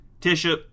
Tisha